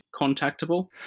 contactable